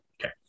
Okay